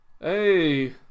hey